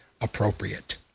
appropriate